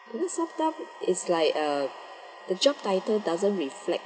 because sometime it's like um the job title doesn't reflect